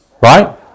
Right